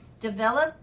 develop